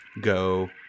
go